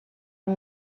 amb